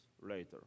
later